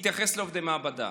יתייחס לעובדי מעבדה.